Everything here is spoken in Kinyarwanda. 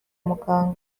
muganga